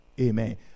Amen